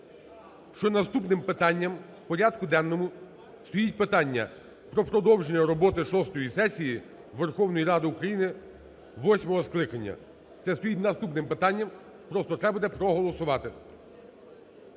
що наступним питанням в порядку денному стоїть питання про продовження робот шостої сесії Верховної Ради України восьмого скликання. Це стоїть наступним питанням, просто треба буде проголосувати.